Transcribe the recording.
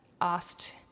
asked